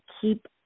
keep